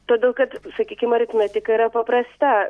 todėl kad sakykim aritmetika yra paprasta